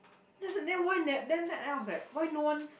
then then why ne~ then I was like why no one